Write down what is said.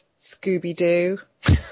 Scooby-Doo